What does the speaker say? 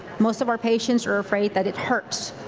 most of our patients are afraid that it hurts.